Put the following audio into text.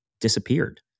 disappeared